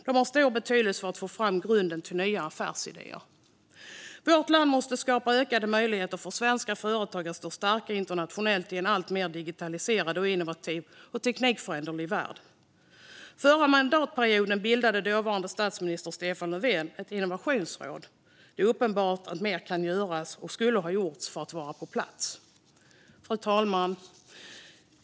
De har stor betydelse för att få fram grunden till nya affärsidéer. Vårt land måste skapa ökade möjligheter för svenska företag att stå starka internationellt i en alltmer digitaliserad, innovativ och teknikföränderlig värld. Förra mandatperioden bildade dåvarande statsminister Stefan Löfven ett innovationsråd. Det är uppenbart att mer hade kunnat göras och vara på plats. Fru talman!